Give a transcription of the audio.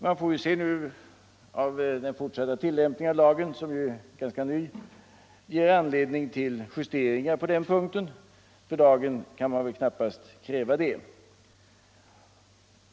Vi får se om den fortsatta tillämpningen av lagen, som ju är ganska ny, ger anledningar till justeringar på denna punkt. För dagen kan man väl knappast kräva det.